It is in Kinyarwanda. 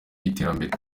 y’iterambere